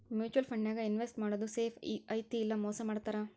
mutual ಫಂಡನ್ಯಾಗ invest ಮಾಡೋದ್ safe ಐತಿ ಇಲ್ಲಾ ಮೋಸ ಮಾಡ್ತಾರಾ